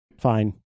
Fine